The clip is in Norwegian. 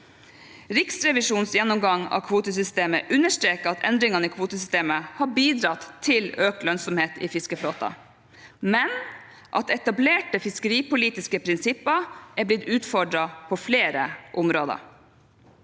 Riksrevisjonens gjennomgang av kvotesystemet understreker at endringene i kvotesystemet har bidratt til økt lønnsomhet i fiskeflåten, men at etablerte fiskeripolitiske prinsipper er blitt utfordret på flere områder.